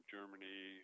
Germany